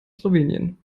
slowenien